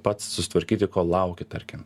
pats susitvarkyti kol lauki tarkim